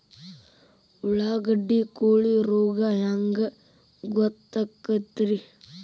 ಉಳ್ಳಾಗಡ್ಡಿ ಕೋಳಿ ರೋಗ ಹ್ಯಾಂಗ್ ಗೊತ್ತಕ್ಕೆತ್ರೇ?